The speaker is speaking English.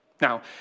Now